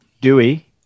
Dewey